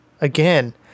Again